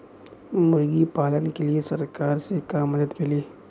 मुर्गी पालन के लीए सरकार से का मदद मिली?